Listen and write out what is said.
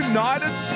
United